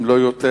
אם לא יותר,